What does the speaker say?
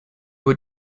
were